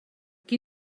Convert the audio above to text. qui